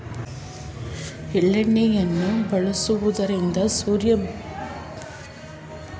ಎಳ್ಳೆಣ್ಣೆಯನ್ನು ಬಳಸುವುದರಿಂದ ಸೂರ್ಯನ ಬಿಸಿಲಿನಿಂದ ಚರ್ಮವನ್ನು ರಕ್ಷಿಸುತ್ತದೆ ಮತ್ತು ಹೃದಯದ ಆರೋಗ್ಯವನ್ನು ಹೆಚ್ಚಿಸುತ್ತದೆ